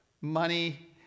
money